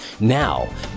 Now